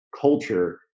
culture